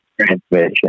transmission